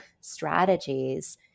strategies